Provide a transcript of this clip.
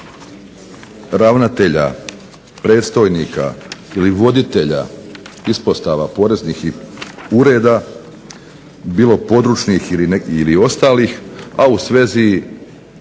ravnatelja, predstojnika ili voditelja ispostava poreznih ureda bilo područnih ili ostalih, a u svezi